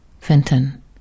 Fenton